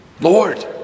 Lord